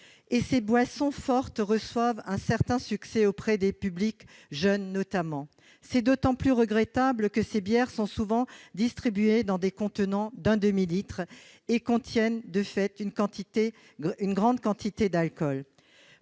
Or ces boissons fortes connaissent un certain succès, notamment auprès des publics jeunes. C'est d'autant plus regrettable que ces bières sont souvent distribuées dans des contenants d'un demi-litre et contiennent, de fait, une grande quantité d'alcool.